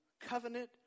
covenant